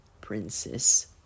princess